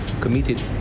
committed